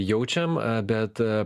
jaučiam bet